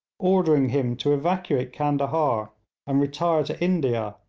ordering him to evacuate candahar and retire to india,